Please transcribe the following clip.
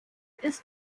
ist